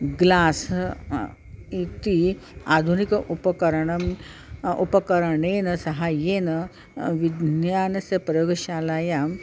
glass इति आधुनिकम् उपकरणम् उपकरणेन साहाय्येन विज्ञानस्य प्रयोगशालायाम्